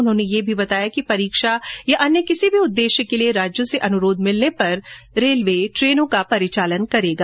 उन्होने यह भी बताया कि परीक्षा या अन्य किसी भी उद्देश्य के लिये राज्यों से अनुरोध मिलने पर रेलवे ट्रेनों का परिचालन करेगा